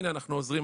הינה אנחנו עוזרים,